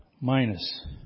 minus